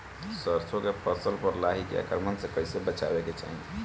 सरसो के फसल पर लाही के आक्रमण से कईसे बचावे के चाही?